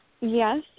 Yes